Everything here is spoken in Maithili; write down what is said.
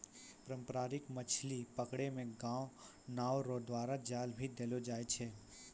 पारंपरिक मछली पकड़ै मे नांव रो द्वारा जाल भी देलो जाय छै